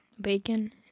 Bacon